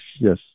yes